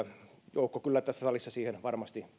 joukko tässä salissa kyllä varmasti